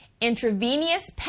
intravenous